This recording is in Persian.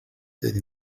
دادی